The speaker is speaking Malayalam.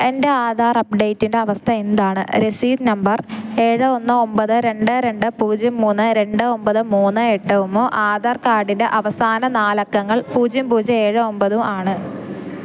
എൻ്റെ ആധാർ അപ്ഡേറ്റിൻ്റെ അവസ്ഥ എന്താണ് രസീത് നമ്പർ ഏഴ് ഒന്ന് ഒമ്പത് രണ്ട് രണ്ട് പൂജ്യം മൂന്ന് രണ്ട് ഒമ്പത് മൂന്ന് എട്ടും ആധാർ കാർഡിൻ്റെ അവസാന നാലക്കങ്ങൾ പൂജ്യം പൂജ്യം ഏഴ് ഒമ്പതും ആണ്